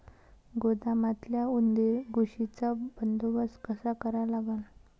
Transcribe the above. गोदामातल्या उंदीर, घुशीचा बंदोबस्त कसा करा लागन?